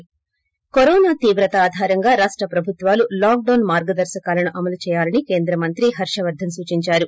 ి కరోనా తీవ్రత ఆధారంగా రాష్ట ప్రభుత్వాలు లాక్ డౌస్ మార్గదర్శకాలను అమలు చేయాలని కేంద్ర మంత్రి హర్షిపర్ధన్ సూచించారు